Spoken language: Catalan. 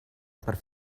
per